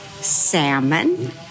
Salmon